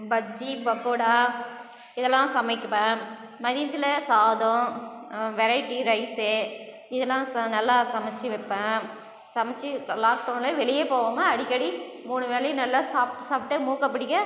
பஜ்ஜி பக்கோடா இதெல்லாம் சமைக்கிவேன் மதியத்தில் சாதம் வெரைட்டி ரைஸ்ஸு இதெல்லாம் ச நல்லா சமச்சு வப்பேன் சமச்சு லாக்டவுனில் வெளியே போகாம அடிக்கடி மூணு வேளையும் நல்லா சாப்பிட்டு சாப்பிட்டு மூக்கபிடிக்க